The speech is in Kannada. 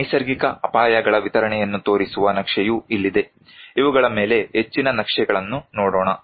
ನೈಸರ್ಗಿಕ ಅಪಾಯಗಳ ವಿತರಣೆಯನ್ನು ತೋರಿಸುವ ನಕ್ಷೆಯು ಇಲ್ಲಿದೆ ಇವುಗಳ ಮೇಲೆ ಹೆಚ್ಚಿನ ನಕ್ಷೆಗಳನ್ನು ನೋಡೋಣ